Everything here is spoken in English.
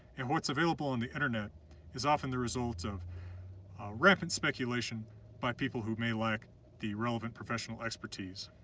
and what's available on the internet is often the result of rampant speculation by people who may lack the relevant professional expertise.